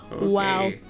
Wow